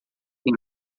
tem